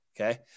okay